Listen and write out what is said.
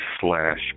slash